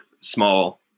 small